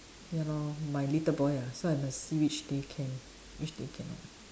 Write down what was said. ya lor my little boy ah so I must see which day can which day cannot